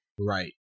Right